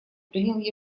принял